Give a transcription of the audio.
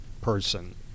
person